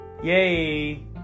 yay